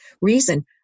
reason